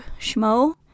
Schmo